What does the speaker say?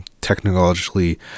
technologically